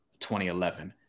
2011